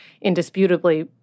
indisputably